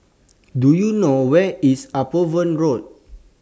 Do YOU know Where IS Upavon Road